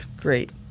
great